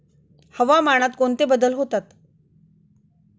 हवामानात कोणते बदल होतात?